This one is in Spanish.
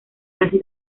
casi